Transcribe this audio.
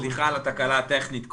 סליחה על התקלה הטכנית קודם.